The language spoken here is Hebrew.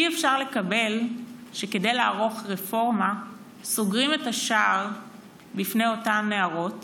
אי-אפשר לקבל שכדי לערוך רפורמה סוגרים את השער בפני אותן נערות